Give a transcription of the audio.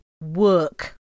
work